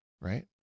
right